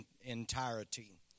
entirety